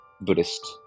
Buddhist